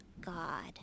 God